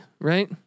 right